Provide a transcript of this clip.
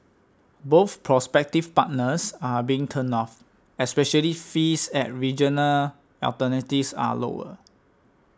both prospective partners are being turned off especially fees at regional alternatives are lower